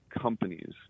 companies